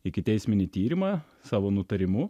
ikiteisminį tyrimą savo nutarimu